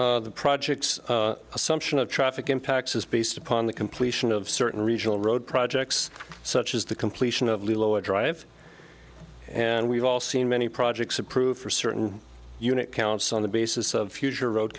justified the projects assumption of traffic impacts is based upon the completion of certain regional road projects such as the completion of lower drive and we've all seen many projects approved for certain unit counts on the basis of future road